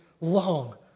long